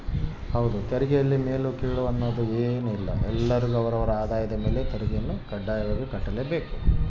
ತೆರಿಗೆಯಲ್ಲಿ ಮೇಲು ಕೀಳು ಅನ್ನೋದ್ ಏನಿಲ್ಲ ಎಲ್ಲರಿಗು ಅವರ ಅವರ ಆದಾಯದ ಮೇಲೆ ತೆರಿಗೆಯನ್ನ ಕಡ್ತಾರ